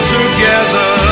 together